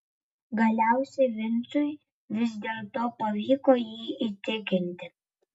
galiausiai vincui vis dėlto pavyko jį įtikinti